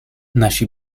nasi